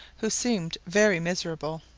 who seemed very miserable.